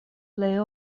plej